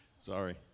Sorry